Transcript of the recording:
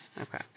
Okay